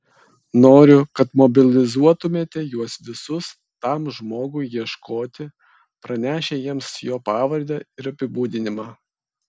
noriu kad mobilizuotumėte juos visus tam žmogui ieškoti pranešę jiems jo pavardę ir apibūdinimą